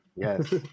Yes